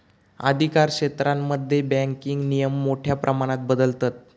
अधिकारक्षेत्रांमध्ये बँकिंग नियम मोठ्या प्रमाणात बदलतत